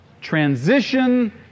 transition